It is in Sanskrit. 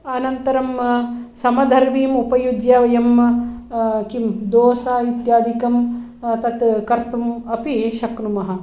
अनन्तरं समदर्वीम् उपयुज्य वयं किं दोसा इत्यादिकं तत् कर्तुम् अपि शक्नुमः